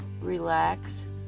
relax